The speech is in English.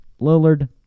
Lillard